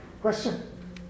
Question